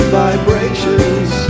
vibrations